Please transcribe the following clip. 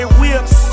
whips